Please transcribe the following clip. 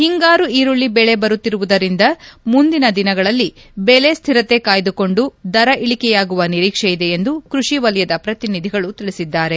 ಹಿಂಗಾರು ಈರುಳ್ಳ ಬೆಳೆ ಬರುತ್ತಿರುವುದರಿಂದ ಮುಂದಿನ ದಿನಗಳಲ್ಲಿ ಬೆಲೆ ಸ್ವಿರತೆ ಕಾಯ್ದುಕೊಂಡು ದರ ಇಳಿಕೆಯಾಗುವ ನಿರೀಕ್ಷೆ ಇದೆ ಎಂದು ಕೃಷಿ ವಲಯದ ಪ್ರತಿನಿಧಿಗಳು ತಿಳಿಸಿದ್ದಾರೆ